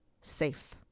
safe